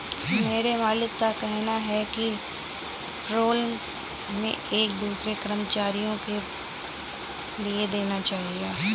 मेरे मालिक का कहना है कि पेरोल हमें एक दूसरे कर्मचारियों के लिए देना चाहिए